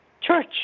church